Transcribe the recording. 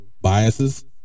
biases